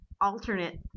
alternate